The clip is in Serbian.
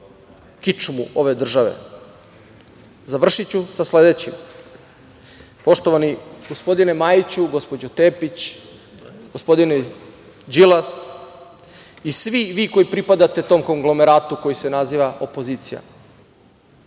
kičmu ove države? Završiću sa sledećim. Poštovani gospodine Majiću, gospođo Tepić, gospodine Đilas i svi vi koji pripadate tom konglameratu koji se naziva opozicija